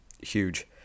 huge